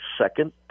second